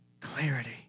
clarity